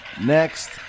Next